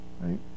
right